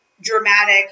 dramatic